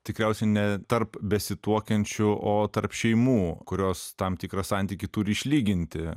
tikriausiai ne tarp besituokiančių o tarp šeimų kurios tam tikrą santykį turi išlyginti